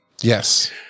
Yes